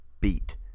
Beat